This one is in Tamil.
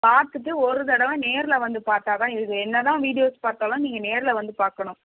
பார்த்துட்டு ஒரு தடவை நேர்ல வந்து பார்த்தாதான் இது என்ன தான் வீடியோஸ் பார்த்தாலும் நீங்கள் நேர்ல வந்து பார்க்கணும்